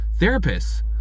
therapists